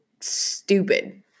stupid